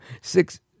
Six